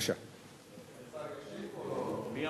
8605 ו-8619.